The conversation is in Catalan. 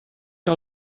que